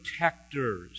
protectors